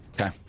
Okay